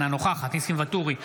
אינה נוכחת ניסים ואטורי,